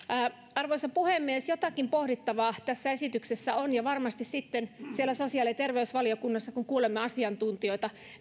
arvoisa puhemies jotakin pohdittavaa tässä esityksessä on ja varmasti sitten siellä sosiaali ja terveysvaliokunnassa kun kuulemme asiantuntijoita